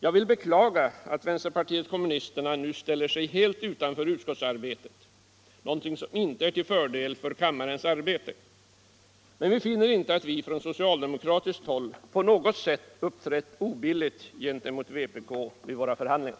Jag vill beklaga att vpk nu ställer sig helt utanför utskottsarbetet, vilket inte är tvill fördel för kammarens arbete, men vi finner inte att vi från socialdemokratiskt håll på något sätt uppträtt obilligt gentemot vpk vid våra förhandlingar.